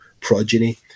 progeny